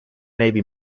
navy